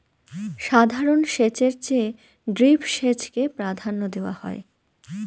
সাধারণ সেচের চেয়ে ড্রিপ সেচকে প্রাধান্য দেওয়া হয়